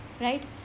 Right